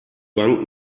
bank